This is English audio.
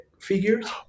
figures